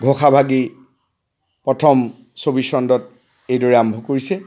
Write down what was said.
ঘোষাভাগী প্ৰথম ছবি চন্দত এইদৰে আৰম্ভ কৰিছে